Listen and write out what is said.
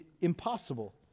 impossible